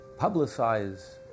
publicize